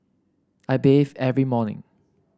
I bathe every morning